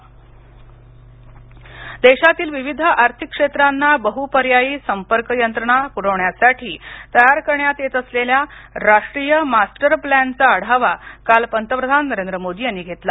पंतप्रधान देशातील विविध आर्थिक क्षेत्रांना बहुपर्यायी संपर्क यंत्रणा पुरविण्यासाठी तयार करण्यात येत असलेल्या राष्ट्रीय मास्टर प्लॅनचा आढावा काल पंतप्रधान नरेंद्र मोदी यांनी घेतला